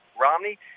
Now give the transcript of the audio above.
Romney